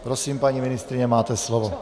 Prosím, paní ministryně, máte slovo.